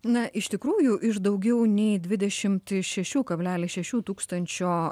na iš tikrųjų iš daugiau nei dvidešimt šešių kablelis šešių tūkstančio